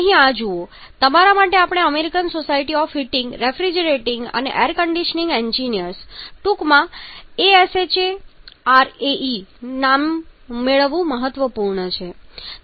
અહીં આ જુઓ તમારા માટે આપણે American Society of Heating Refrigerating અને Air Conditioning Engineers American Society of Heating Refrigerating and Air Conditioning Engineers ટૂંકમાં ASHRAE નામ મેળવવું મહત્વપૂર્ણ છે